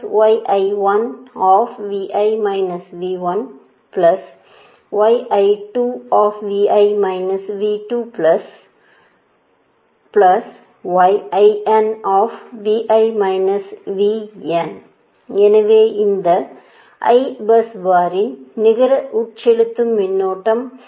எனவே எனவே இந்த I பஸ் பாரின் நிகர உட்செலுத்தும் மின்னோட்டம்